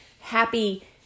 happy